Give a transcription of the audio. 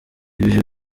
ibihe